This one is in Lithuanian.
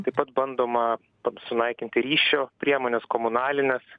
taip pat bandoma sunaikinti ryšio priemones komunalines